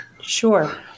Sure